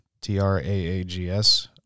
T-R-A-A-G-S